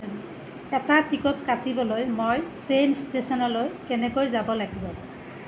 এটা টিকট কাটিবলৈ মই ট্রেইন ষ্টেশ্যনলৈ কেনেকৈ যাব লাগিব